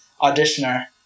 auditioner